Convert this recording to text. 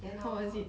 then hor